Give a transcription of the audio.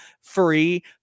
free